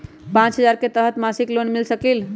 पाँच हजार के तहत मासिक लोन मिल सकील?